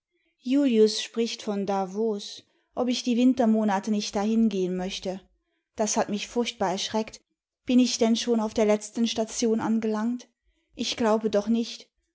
julius spricht von davos ob ich die wintermonate nicht dahin gehen möchte das hat mich furchtbar erschreckt bin ich denn schon auf der letzten station angelangt r ich glaube doch nicht